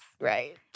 Right